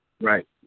Right